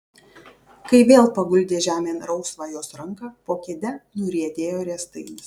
kai vėl paguldė žemėn rausvą jos ranką po kėde nuriedėjo riestainis